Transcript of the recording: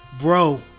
bro